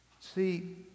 See